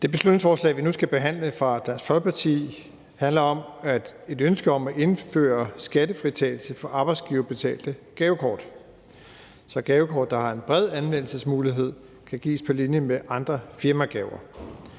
Det beslutningsforslag fra Dansk Folkeparti, vi nu skal behandle, handler om at indføre skattefritagelse for arbejdsgiverbetalte gavekort, så gavekort, der har en bred anvendelsesmulighed, kan gives på linje med andre firmagaver.